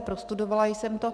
Prostudovala jsem to.